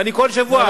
ואני כל שבוע,